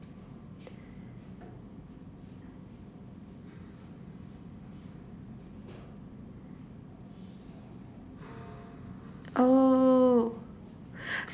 oh